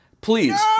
Please